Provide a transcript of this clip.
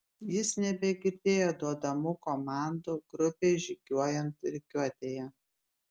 jis nebegirdėjo duodamų komandų grupei žygiuojant rikiuotėje